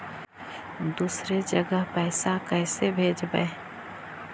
दुसरे जगह पैसा कैसे भेजबै?